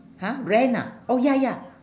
!huh! rent ah oh ya ya